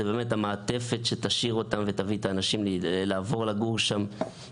זו באמת המעטפת שתביא את האנשים לעבור לגור שם ותשאיר אותם.